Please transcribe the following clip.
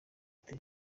ati